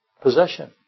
possession